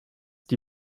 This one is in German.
die